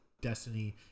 destiny